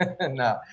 No